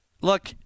look